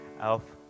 Elf